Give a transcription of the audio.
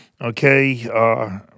Okay